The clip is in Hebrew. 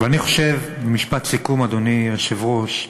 משפט סיכום, אדוני היושב-ראש.